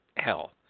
health